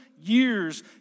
years